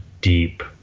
deep